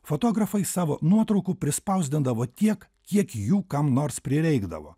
fotografai savo nuotraukų prispausdindavo tiek kiek jų kam nors prireikdavo